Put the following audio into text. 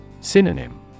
Synonym